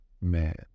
man